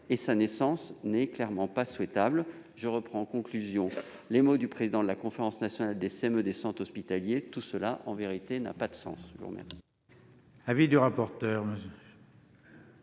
et sa naissance n'est clairement pas souhaitable. Je reprends, en conclusion, les mots du président de la conférence nationale des CME des centres hospitaliers :« Tout cela, en vérité, n'a pas de sens !» Quel